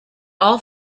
all